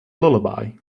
lullaby